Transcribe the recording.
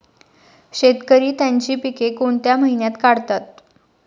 शेतकरी त्यांची पीके कोणत्या महिन्यात काढतात?